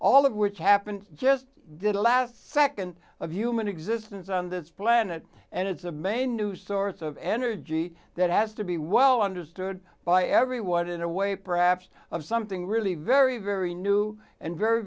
all of which happened just did a last nd of human existence on this planet and it's i'm a new source of energy that has to be well understood by everyone in a way perhaps of something really very very new and very